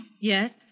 Yes